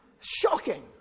Shocking